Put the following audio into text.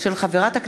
של חברת